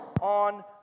on